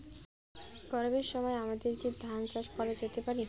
গরমের সময় আমাদের কি ধান চাষ করা যেতে পারি?